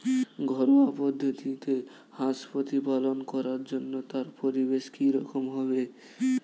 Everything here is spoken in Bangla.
ঘরোয়া পদ্ধতিতে হাঁস প্রতিপালন করার জন্য তার পরিবেশ কী রকম হবে?